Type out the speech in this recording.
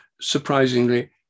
surprisingly